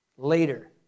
Later